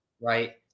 right